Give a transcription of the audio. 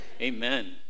amen